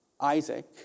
Isaac